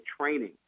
training